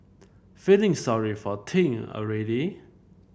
feeling sorry for Ting already